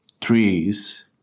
trees